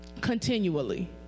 continually